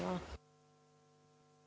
Hvala.